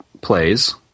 plays